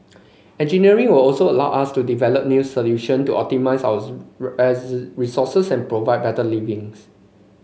engineering will also allow us to develop new solution to optimise our as resources and provide better livings